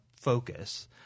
focus